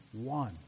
one